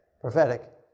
prophetic